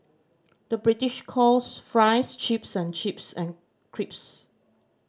the British calls fries chips and chips and crisps